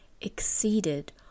exceeded